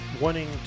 wanting